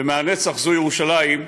ומ"הנצח זו ירושלים",